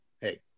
hey